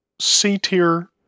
C-tier